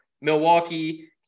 Milwaukee